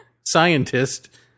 scientist